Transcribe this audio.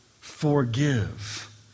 Forgive